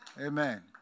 Amen